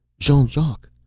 jean-jacques,